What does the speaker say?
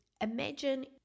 imagine